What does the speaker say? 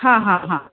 हां हां हां